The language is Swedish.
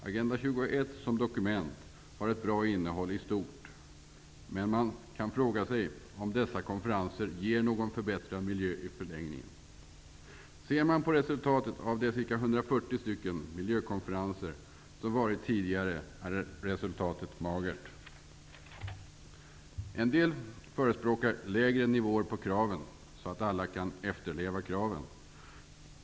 Agenda 21 som dokument har ett bra innehåll i stort, men man kan fråga sig om dessa konferenser ger någon förbättrad miljö i förlängningen. Ser man på resultatet av de cirka 140 miljökonferenser som hållits tidigare, är resultatet magert. En del förespråkar lägre nivåer på kraven, så att alla kan efterleva kraven.